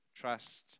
Trust